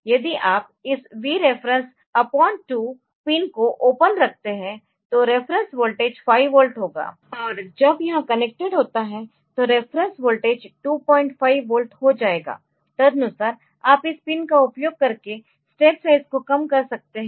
यदि आप इस Vref 2 पिन को ओपन रखते है तो रेफेरेंस वोल्टेज 5 वोल्ट होगा और जब यह कनेक्टेड होता है तो रेफेरेंस वोल्टेज 25 वोल्ट हो जाएगा तदनुसार आप इस पिन का उपयोग करके स्टेप साइज को कम कर सकते है